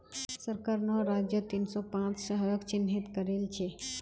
सरकार नौ राज्यत तीन सौ पांच शहरक चिह्नित करिल छे